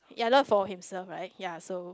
ya love for himself right ya so